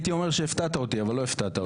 הייתי אומר שהפתעת אותי אבל לא הפתעת אותי.